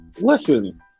listen